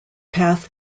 path